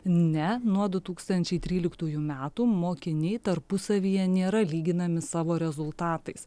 ne nuo du tūkstančiai tryliktųjų metų mokiniai tarpusavyje nėra lyginami savo rezultatais